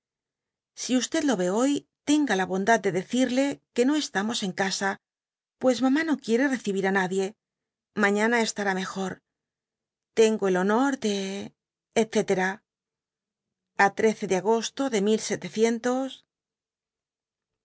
si le yé hoy tenga la bondad de decirle qie no estamos en ca pues mamá no quiere recibir á nadie mañana estará mejor tengo el honor de etc a de agosto de